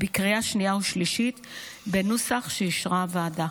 בקריאה שנייה ושלישית בנוסח שאישרה הוועדה.